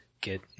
get